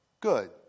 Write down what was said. Good